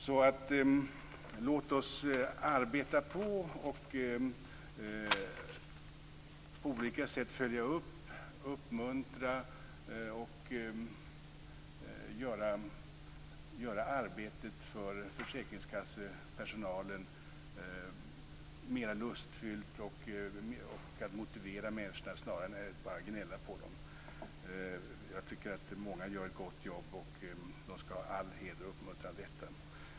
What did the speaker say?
Så låt oss arbeta på och på olika sätt följa upp, uppmuntra och göra arbetet för försäkringskassepersonalen mera lustfyllt. Låt oss motivera människorna, snarare än att bara gnälla på dem. Jag tycker att många gör ett gott jobb och de skall ha all heder och uppmuntran av detta.